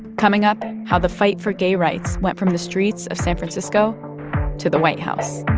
coming up, how the fight for gay rights went from the streets of san francisco to the white house